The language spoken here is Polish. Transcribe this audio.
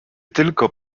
tylko